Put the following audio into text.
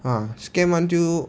ah scam until